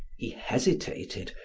he hesitated,